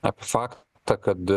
apie faktą kad